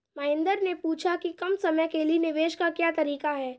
महेन्द्र ने पूछा कि कम समय के लिए निवेश का क्या तरीका है?